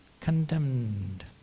condemned